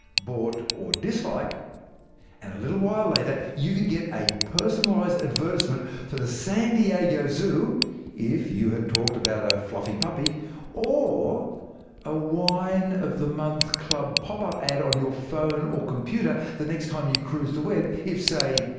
bought or dislike and a little while like later, you could get a personalised advertisement for the san diego zoo if you had talked about a fluffy puppy or a wine of the month club pop-up ad on your phone or computer the next time you cruised the web if, say,